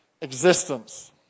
existence